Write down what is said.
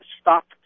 stopped